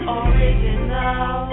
original